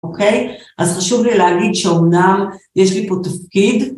אוקיי? אז חשוב לי להגיד שהאומנם, יש לי פה תפקיד.